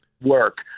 work